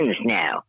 now